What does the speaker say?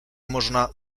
można